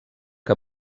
que